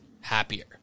happier